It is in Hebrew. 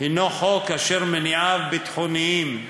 הוא חוק אשר מניעיו ביטחוניים,